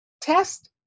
test